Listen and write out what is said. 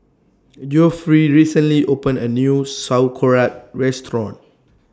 Geoffrey recently opened A New Sauerkraut Restaurant